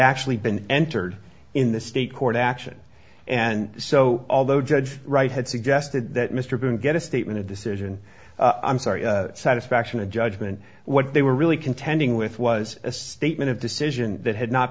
actually been entered in the state court action and so although judge wright had suggested that mr brown get a statement a decision i'm sorry a satisfaction a judgment what they were really contending with was a statement of decision that had not